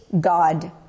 God